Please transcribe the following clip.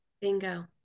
Bingo